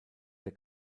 der